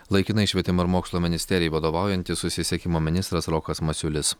laikinai švietimo ir mokslo ministerijai vadovaujantis susisiekimo ministras rokas masiulis